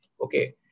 Okay